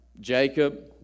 Jacob